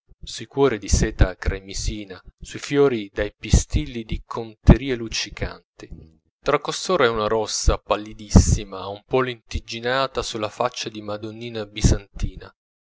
cuori di seta cremisina sui fiori dai pistilli di conterie luccicanti tra costoro è una rossa pallidissima un po lentigginata sulla faccia di madonnina bisantina